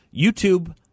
YouTube